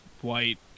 White